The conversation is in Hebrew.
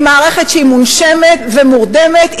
היא מערכת שהיא מונשמת ומורדמת,